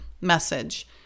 message